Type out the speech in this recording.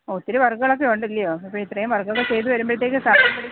ഒത്തിരി വർക്കുകളൊക്കെ ഉണ്ടല്ലോ ഇപ്പിത്രയും വർക്കൊക്കെ ചെയ്ത് വരുമ്പോഴത്തേക്കും സമയം പിടിക്കും